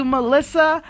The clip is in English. Melissa